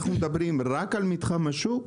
אנחנו מדברים רק על מתחם השוק?